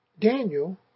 Daniel